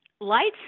lights